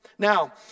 Now